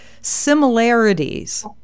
similarities